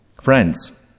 Friends